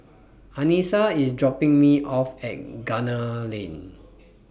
Anissa IS dropping Me off At Gunner Lane